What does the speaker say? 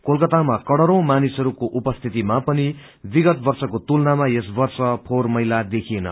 कोलकातामा करोड़ौ मानिसहरूको उपस्थितिमा पनि विगत वर्षहरूको तुलनामा यस वर्ष फोहोर मैला दिखिएन